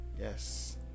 Yes